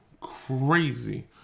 crazy